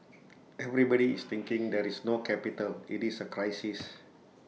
everybody is thinking there is no capital IT is A crisis